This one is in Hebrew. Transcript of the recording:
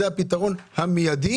זה הפתרון המיידי.